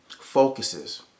focuses